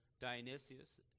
Dionysius